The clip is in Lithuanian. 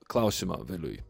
klausimą viliui